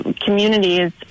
Communities